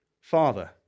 father